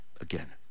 again